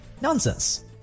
Nonsense